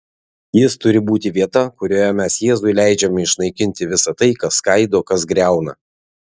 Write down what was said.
jis turi būti vieta kurioje mes jėzui leidžiame išnaikinti visa tai kas skaido kas griauna